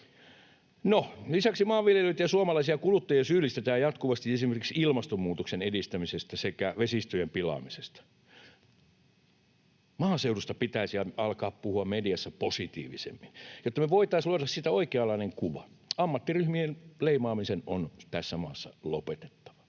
No, lisäksi maanviljelijöitä ja suomalaisia kuluttajia syyllistetään jatkuvasti esimerkiksi ilmastonmuutoksen edistämisestä sekä vesistöjen pilaamisesta. Maaseudusta pitäisi alkaa puhua mediassa positiivisemmin, että me voitaisiin luoda siitä oikeanlainen kuva. Ammattiryhmien leimaaminen on tässä maassa lopetettava.